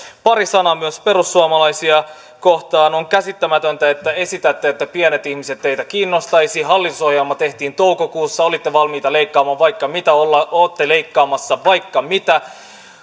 pari sanaa myös perussuomalaisia kohtaan on käsittämätöntä että esitätte että pienet ihmiset teitä kiinnostaisivat hallitusohjelma tehtiin toukokuussa olitte valmiita leikkaamaan vaikka mitä olette leikkaamassa vaikka mitä